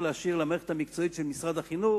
להשאיר למערכת המקצועית של משרד החינוך.